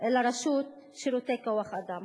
לרשות שירותי כוח-אדם.